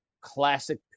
classic